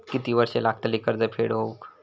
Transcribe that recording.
किती वर्षे लागतली कर्ज फेड होऊक?